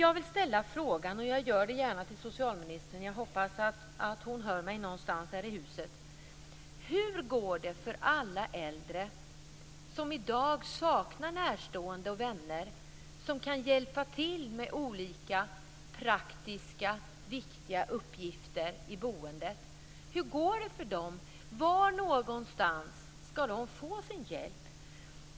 Jag vill ställa en fråga till socialministern. Jag hoppas att hon hör mig någonstans i huset. Hur går det för alla äldre som i dag saknar närstående och vänner som kan hjälpa till med olika praktiska uppgifter i boendet? Var någonstans skall de få sin hjälp?